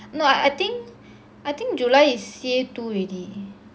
no ah I think july is C_A two already